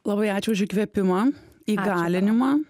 labai ačiū už įkvėpimą įgalinimą